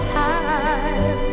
time